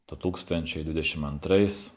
du tūkstančiai dvidešim antrais